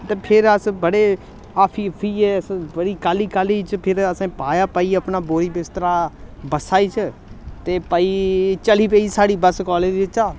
ते फिर अस बड़े हफी हुफियै अस बड़ी काह्ली काह्ली च फिर असें पाया भाई अपना बोरी बिस्तरा बस्सा च ते भाई चली पेई साढ़ी बस कालज बिच्चा